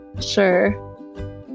Sure